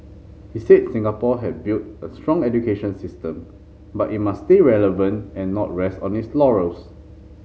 he said Singapore had built a strong education system but it must stay relevant and not rest on its laurels